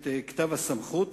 את כתב הסמכות,